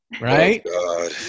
right